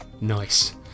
Nice